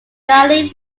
valley